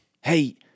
Hey